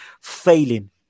failing